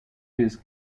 his